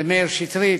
למאיר שטרית.